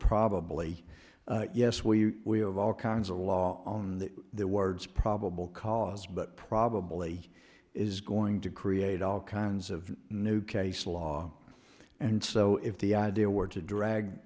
probably yes well you we have all kinds of law on the words probable cause but probably is going to create all kinds of new case law and so if the idea were to drag